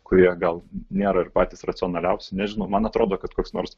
kurie gal nėra patys ir racionaliausi nežinau man atrodo kad koks nors